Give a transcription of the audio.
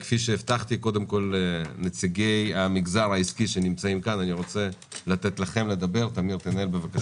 ראשית, ניתן לנציגי המגזר העסקי לדבר, בבקשה.